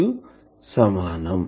కు సమానం